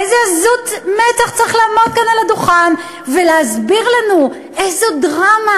איזה עזות מצח צריך כדי לעמוד כאן על הדוכן ולהסביר לנו איזו דרמה,